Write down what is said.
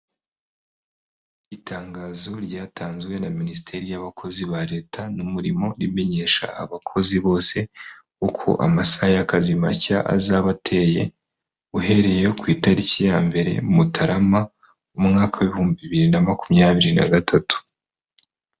Itangazo ryatanzwe na minisiteri y'abakozi ba leta n'umurimo, rimenyesha abakozi bose uko amasaha y'akazi mashya azaba ateye, uhereye ku itariki ya mbere Mutarama, umwaka w'ibihumbi bibiri na makumyabiri na gatatu.